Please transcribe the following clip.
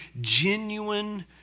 genuine